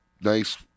nice